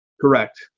Correct